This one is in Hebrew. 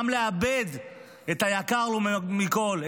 גם לאבד את היקר לו מכול,